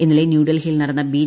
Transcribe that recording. ഇന്നലെ ന്യൂഡൽഹിയിൽ നടന്ന ബി